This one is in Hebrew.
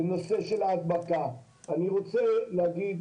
אני רוצה להגיד